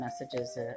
messages